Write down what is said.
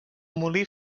molí